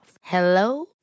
Hello